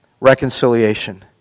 reconciliation